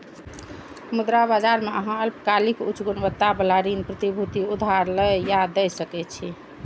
मुद्रा बाजार मे अहां अल्पकालिक, उच्च गुणवत्ता बला ऋण प्रतिभूति उधार लए या दै सकै छी